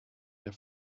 der